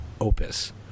opus